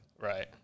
Right